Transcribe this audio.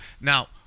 Now